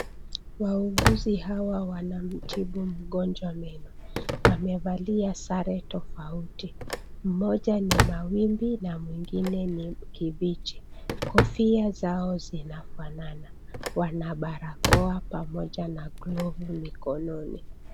Wauguzi hawa wanamtibu mgonjwa meno. Wamevalia sare tofauti. Moja ni mawimbi na mwingine ni mkibichi. Kofia zao zinafana. Wana barakoa pamoja na glovu mikononi.